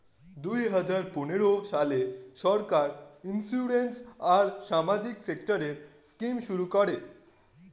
দুই হাজার পনেরো সালে সরকার ইন্সিওরেন্স আর সামাজিক সেক্টরের স্কিম শুরু করে